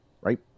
right